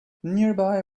nearby